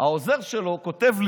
העוזר שלו, כותב לי: